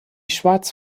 schwarz